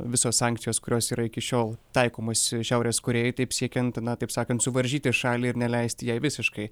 visos sankcijos kurios yra iki šiol taikomos šiaurės korėjai taip siekiant na taip sakant suvaržyti šalį ir neleisti jai visiškai